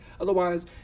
otherwise